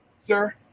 sir